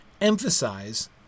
emphasize